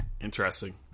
Interesting